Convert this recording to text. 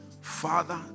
Father